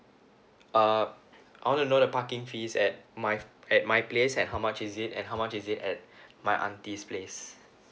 uh I want to know the parking fees at my at my place and how much is it and how much is it at my auntie's place